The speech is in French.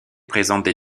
présentent